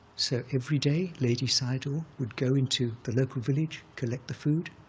so every day ledi sayadaw would go into the local village, collect the food,